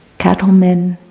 cattlemen,